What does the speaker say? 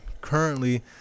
Currently